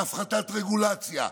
בהפחתת רגולציה.